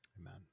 Amen